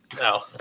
no